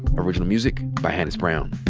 original music by hannis brown.